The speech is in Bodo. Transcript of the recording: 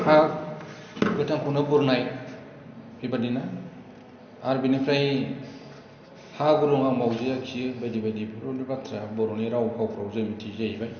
हा गोथांखौनो बुरनाय बिबायदिनो आर बिनिफ्राय हा गुरुंआव मावजिआ खियो बायदि बायदि बेफोरबायदि बाथ्राया बर'नि राव फावफ्राव जों मिथियो जाहैबाय